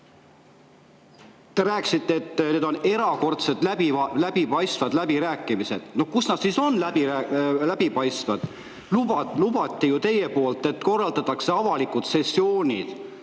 Te rääkisite, et need on erakordselt läbipaistvad läbirääkimised. Kus nad siis on läbipaistvad? Lubati teie poolt, et korraldatakse avalikud sessioonid,